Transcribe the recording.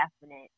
definite